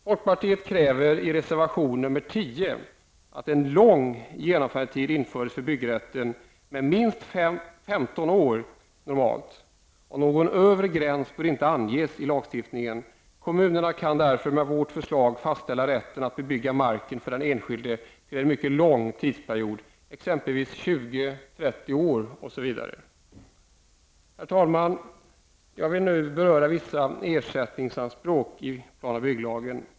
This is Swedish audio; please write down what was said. Folkpartiet kräver i reservation nr 10 att en lång genomförandetid införes för byggrätten, minst 15 år normalt, och någon övre gräns bör inte anges i lagstiftningen. Kommunerna kan därför med vårt förslag fastställa rätten att bebygga mark för den enskilde till en mycket lång tidsperiod, exempelvis Herr talman! Jag vill nu beröra vissa ersättningsanspråk i PBL.